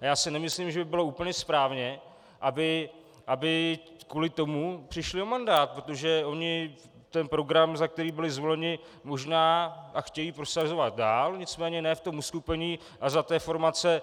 Já si nemyslím, že by bylo úplně správně, aby kvůli tomu přišli o mandát, protože oni ten program, za který byli zvoleni, možná chtějí prosazovat dál, nicméně ne v tom uskupení a za té formace,